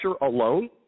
alone